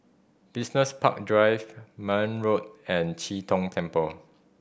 Business Park Drive Marne Road and Chee Tong Temple